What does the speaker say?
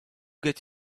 get